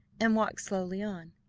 and walked slowly on.